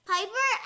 Piper